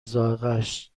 ذائقهاش